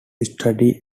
study